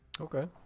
Okay